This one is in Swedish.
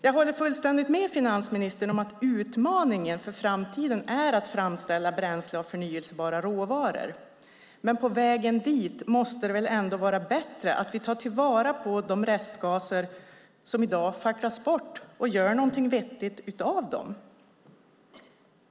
Jag håller fullständigt med finansministern om att utmaningen för framtiden är att framställa bränsle av förnybara råvaror, men på vägen dit måste det väl ändå vara bättre att vi tar till vara de restgaser som i dag fraktas bort och gör något vettigt av dem.